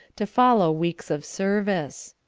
to follow weeks of service.